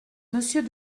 monsieur